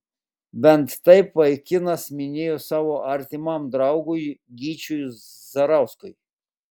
bent taip vaikinas minėjo savo artimam draugui gyčiui zarauskui